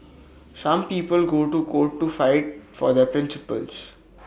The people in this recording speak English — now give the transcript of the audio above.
some people go to court to fight for their principles